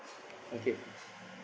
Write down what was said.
okay